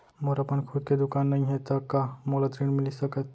मोर अपन खुद के दुकान नई हे त का मोला ऋण मिलिस सकत?